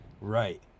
right